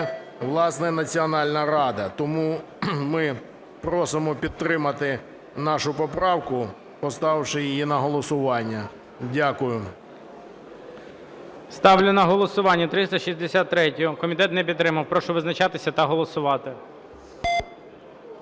власне, Національна рада. Тому ми просимо підтримати нашу поправку поставивши її на голосування. Дякую. ГОЛОВУЮЧИЙ. Ставлю на голосування 363-ю. Комітет не підтримав. Прошу визначатися та голосувати.